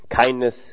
Kindness